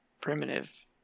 primitive